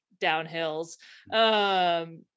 downhills